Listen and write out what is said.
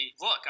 look